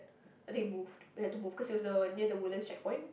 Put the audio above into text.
I think we moved we had to move cause it was the near the Woodlands checkpoint